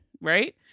right